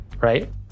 Right